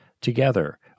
together